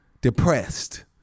depressed